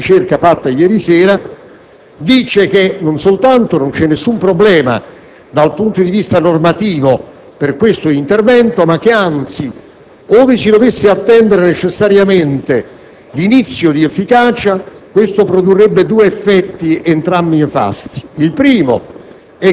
L'efficacia appartiene alla legge come fatto distinto dalla sua formazione. È, dal punto di vista delle fonti normative, un'entità autonoma su cui il Parlamento può ritornare prima ancora che questa legge abbia efficacia, cioè nel termine di *vacatio*.